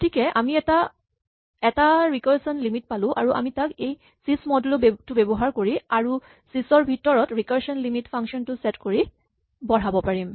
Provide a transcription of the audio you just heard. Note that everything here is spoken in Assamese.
গতিকে আমি এটা ৰিকাৰছন লিমিট পালো আৰু তাক আমি এই ছিছ মডোলো টো ব্যৱহাৰ কৰি আৰু ছিছ ৰ ভিতৰত ৰিকাৰছন লিমিট ফাংচন টো ছেট কৰি বঢ়াব পাৰিম